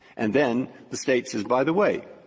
and then the state says, by the way,